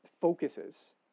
focuses